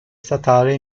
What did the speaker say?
statale